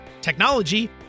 technology